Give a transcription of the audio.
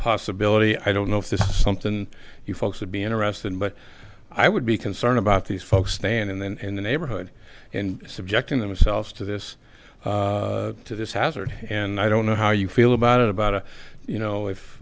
possibility i don't know if this is something you folks would be interested in but i would be concerned about these folks standing there and the neighborhood and subjecting themselves to this to this hazard and i don't know how you feel about it about you know